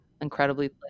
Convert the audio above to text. incredibly